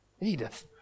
Edith